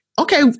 okay